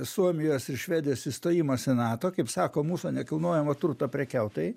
suomijos ir švedijos įstojimas į nato kaip sako mūsų nekilnojamo turto prekiautojai